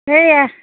এয়া